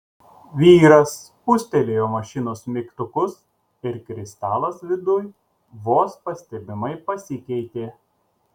vyras spustelėjo mašinos mygtukus ir kristalas viduj vos pastebimai pasikeitė